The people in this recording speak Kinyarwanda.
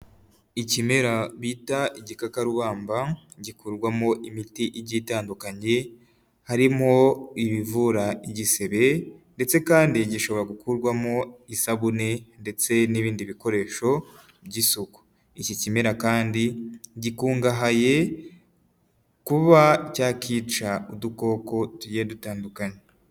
Ikimera bita igikakarubamba gikorwarwamo imiti igiye itandukanye, harimo ibivura igisebe, ndetse kandi gishobora gukurwamo isabune, ndetse n'ibindi bikoresho by'isuku. Iki kimera kandi gikungahaye kuba cyakica udukoko tugiye dutandukanye.